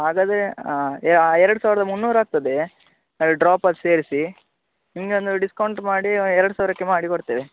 ಹಾಗಾದ್ರೆ ಎರಡು ಸಾವಿರದ ಮುನ್ನೂರು ಆಗ್ತದೆ ಅದು ಡ್ರಾಪದ್ದು ಸೇರಿಸಿ ನಿಮಗೆ ಒಂದು ಡಿಸ್ಕೌಂಟ್ ಮಾಡಿ ಎರಡು ಸಾವಿರಕ್ಕೆ ಮಾಡಿ ಕೊಡ್ತೇವೆ